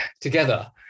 together